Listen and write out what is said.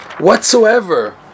whatsoever